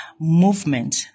movement